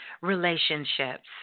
relationships